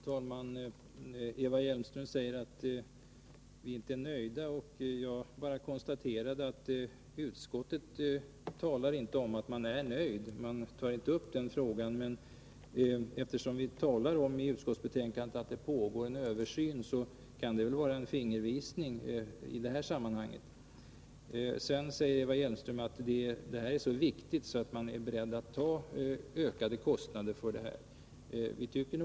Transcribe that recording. Fru talman! Eva Hjelmström säger att vi inte är nöjda, men jag konstaterade bara att utskottet inte talar om huruvida man är nöjd eller inte. Utskottet tar inte upp den frågan, men eftersom vi i utskottsbetänkandet talar om att det pågår en översyn, kan detta kanske ses som en fingervisning i det här sammanhanget. Eva Hjelmström sade också att de här utbildningarna är så viktiga att man är beredd att acceptera att det blir ökade kostnader.